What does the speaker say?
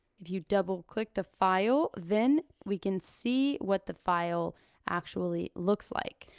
you've double clicked the file, then we can see what the file actually looks like.